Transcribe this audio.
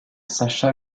sacha